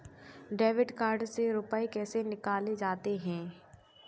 Debit card से रुपये कैसे निकाले जाते हैं?